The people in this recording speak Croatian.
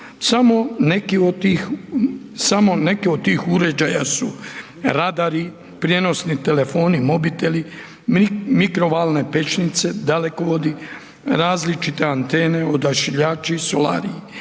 Samo neki od tih uređaja su radari, prijenosni telefoni, mobiteli, mikrovalne pećnice, dalekovodi, različite antene, odašiljači, solari,